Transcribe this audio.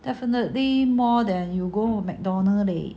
definitely more than you go mcdonald's